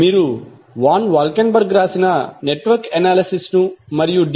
మీరు Van Valkenburg రాసిన network analysis ను మరియు డి